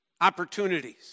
opportunities